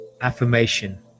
affirmation